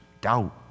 doubt